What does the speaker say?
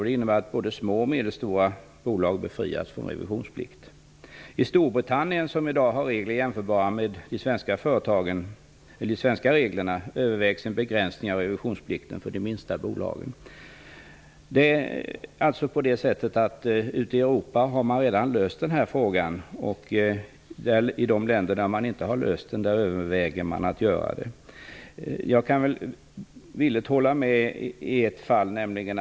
Det innebär att både små och medelstora bolag är befriade från revisionsplikt. I Storbritannien, som i dag har regler som är jämförbara med de svenska reglerna, övervägs en begränsning av revisionsplikten för de minsta bolagen. Ute i Europa är alltså det här problemet redan löst. I de länder där man inte har löst den överväger man att göra det. I Norden är vi sent ute i detta sammanhang.